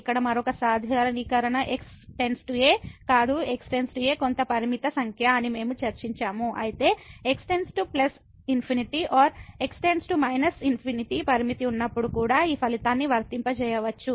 ఇక్కడ మరొక సాధారణీకరణ x → a కాదు x → a కొంత లిమిట్ సంఖ్య అని మనం చర్చించాము అయితే x→∞ or x→−∞ లిమిట్ ఉన్నప్పుడు కూడా ఈ ఫలితాన్ని వర్తింపజేయవచ్చు